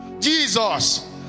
Jesus